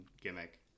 gimmick